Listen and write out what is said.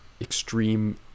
Extreme